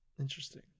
interesting